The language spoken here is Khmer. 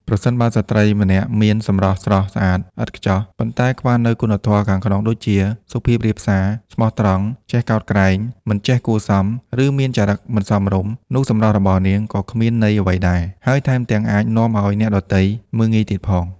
ប្រសិនបើស្ត្រីម្នាក់មានសម្រស់ស្រស់ស្អាតឥតខ្ចោះ ប៉ុន្តែខ្វះនូវគុណធម៌ខាងក្នុងដូចជា សុភាពរាបសារ ស្មោះត្រង់ ចេះកោតក្រែង មិនចេះគួរសម ឫមានចរិតមិនសមរម្យ នោះសម្រស់របស់នាងក៏គ្មានន័យអ្វីដែរ ហើយថែមទាំងអាចនាំឱ្យអ្នកដទៃមើលងាយទៀតផង។